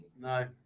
No